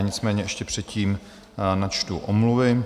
Nicméně ještě předtím načtu omluvy.